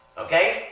Okay